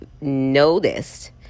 noticed